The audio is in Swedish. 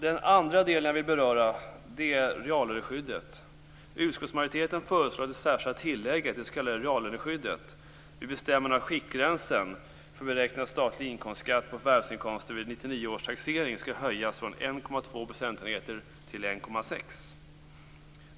Den andra delen jag vill beröra är reallöneskyddet.